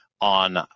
on